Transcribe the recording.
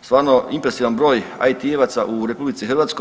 stvarno impresivan broj IT-evaca u RH.